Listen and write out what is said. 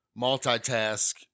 multitask